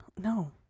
No